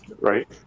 Right